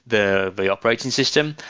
the the operating system.